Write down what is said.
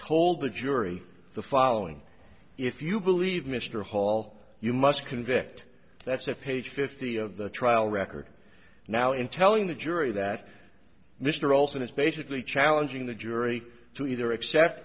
told the jury the following if you believe mr hall you must convict that's at page fifty of the trial record now in telling the jury that mr olson is basically challenging the jury to either accept